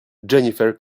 jennifer